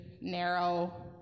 narrow